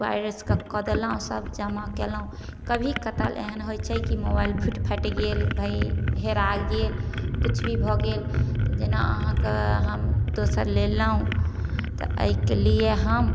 virus कऽ देलहुॅं सभ जमा केलहुॅं कभी कदाल एहन होइ छै कि मोबाइल फूटि फाटि गेल कहीँ हेरा गेल किछु भी भऽ गेल तऽ जेना अहाँके हम दोसर लेलहुॅं तऽ एहिके लिए हम